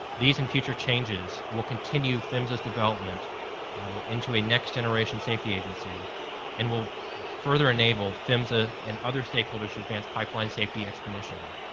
these and future changes will continue phmsa's development into a next generation safety agency and will further enable phmsa and other stakeholders to advance pipeline safety exponentially.